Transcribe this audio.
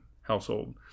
household